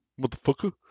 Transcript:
motherfucker